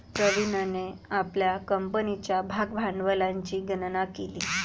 प्रवीणने आपल्या कंपनीच्या भागभांडवलाची गणना केली